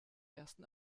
ersten